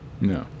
no